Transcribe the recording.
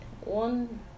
one